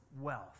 wealth